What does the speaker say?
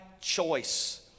choice